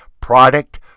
product